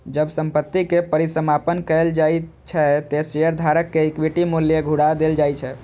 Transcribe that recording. जब संपत्ति के परिसमापन कैल जाइ छै, ते शेयरधारक कें इक्विटी मूल्य घुरा देल जाइ छै